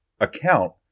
account